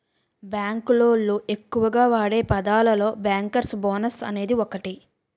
bank లోళ్ళు ఎక్కువగా వాడే పదాలలో బ్యేంకర్స్ బోనస్ అనేది ఒకటి